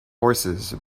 horses